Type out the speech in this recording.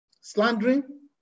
slandering